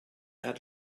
had